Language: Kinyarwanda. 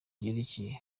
ryerekeye